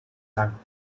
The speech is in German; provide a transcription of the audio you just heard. lang